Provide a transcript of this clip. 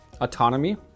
autonomy